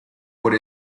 por